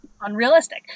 unrealistic